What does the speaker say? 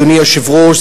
אדוני היושב-ראש.